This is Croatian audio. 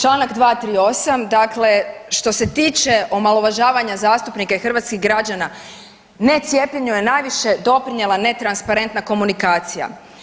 Čl. 238, dakle što se tiče omalovažavanja zastupnika i hrvatskih građana, necijepljenju je najviše doprinijela netransparentna komunikacija.